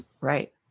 right